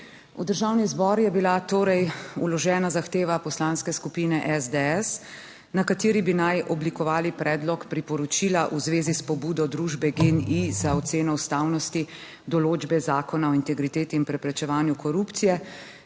V Državni zbor je bila torej vložena zahteva Poslanske skupine SDS, na kateri bi naj oblikovali predlog priporočila v zvezi s pobudo družbe Gen-I za oceno ustavnosti določbe Zakona o integriteti in preprečevanju korupcije,